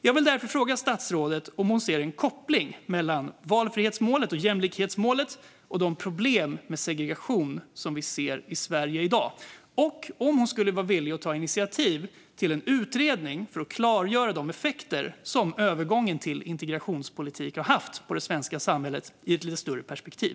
Jag vill därför fråga statsrådet om hon ser en koppling mellan valfrihetsmålet och jämlikhetsmålet och de problem med segregation som vi ser i Sverige i dag och om hon skulle vara villig att ta initiativ till en utredning för att klargöra de effekter som övergången till integrationspolitik har haft på det svenska samhället i ett lite större perspektiv.